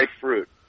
fruit